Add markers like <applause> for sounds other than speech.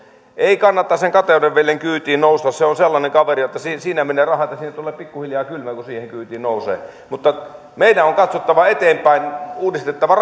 ei kannata sen kateuden veljen kyytiin nousta se on sellainen kaveri että siinä menevät rahat ja siinä tulee pikkuhiljaa kylmä kun siihen kyytiin nousee mutta meidän on katsottava eteenpäin uudistettava <unintelligible>